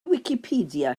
wicipedia